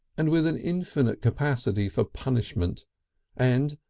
and with an infinite capacity for punishment and,